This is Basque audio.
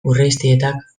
urreiztietak